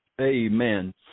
Amen